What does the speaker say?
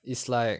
it's like